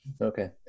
Okay